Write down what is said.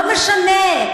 לא משנה.